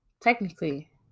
technically